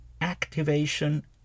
activation